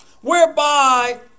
whereby